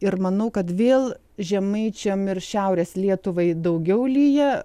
ir manau kad vėl žemaičiam ir šiaurės lietuvai daugiau lyja